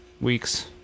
weeks